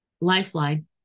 lifeline